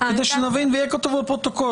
כדי שנבין ויהיה כתוב בפרוטוקול.